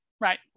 Right